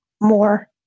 more